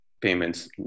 payments